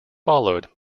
followed